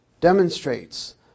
demonstrates